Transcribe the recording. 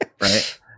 right